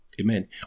Amen